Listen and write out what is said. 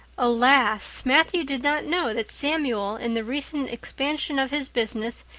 alas! matthew did not know that samuel, in the recent expansion of his business,